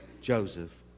Joseph